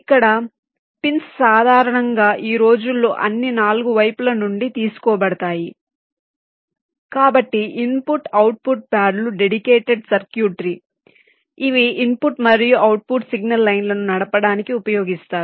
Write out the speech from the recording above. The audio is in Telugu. కాబట్టి పిన్స్ సాధారణంగా ఈ రోజుల్లో అన్ని 4 వైపుల నుండి తీసుకోబడతాయి కాబట్టి ఇన్పుట్ అవుట్పుట్ ప్యాడ్లు డెడికేటెడ్ సర్క్యూట్రీ ఇవి ఇన్పుట్ మరియు అవుట్పుట్ సిగ్నల్ లైన్లను నడపడానికి ఉపయోగిస్తారు